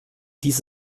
dies